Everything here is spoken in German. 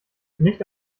nicht